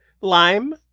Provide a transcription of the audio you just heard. Lime